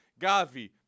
Gavi